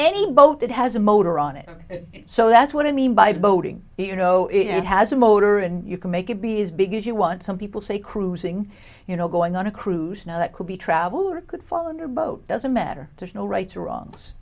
any boat that has a motor on it so that's what i mean by boating you know it has a motor and you can make it be as big as you want some people say cruising you know going on a cruise now that could be travel or could fall under boat doesn't matter there's no right or wrong